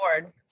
board